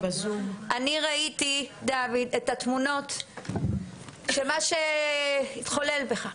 אני ראיתי את התמונות של מה שהתחולל בך.